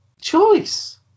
choice